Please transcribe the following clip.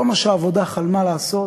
כל מה שהעבודה חלמה לעשות